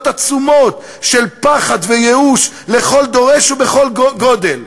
עצומות של פחד וייאוש לכל דורש ובכל גודל: